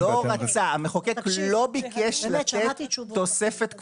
המחוקק לא ביקש לתת תוספת כפולה.